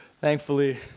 thankfully